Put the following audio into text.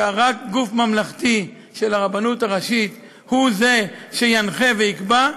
שרק גוף ממלכתי של הרבנות הראשית הוא שינחה ויקבע.